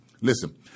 listen